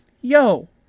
Yo